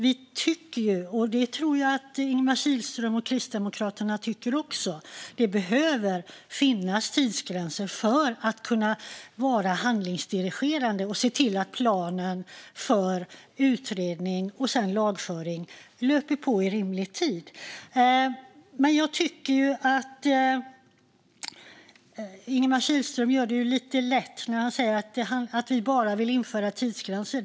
Vi tycker, och det tror jag att Ingemar Kihlström och Kristdemokraterna också gör, att det behöver finnas tidsgränser för att man ska kunna vara handlingsdirigerande och se till att planen för utredning och sedan lagföring löper på i rimlig tid. Jag tycker att Ingemar Kihlström gör det lite lätt för sig när han säger att vi bara vill införa tidsgränser.